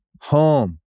home